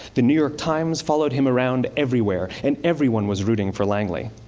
the new york times followed him around everywhere, and everyone was rooting for langley.